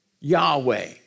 Yahweh